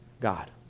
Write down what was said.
God